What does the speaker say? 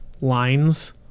lines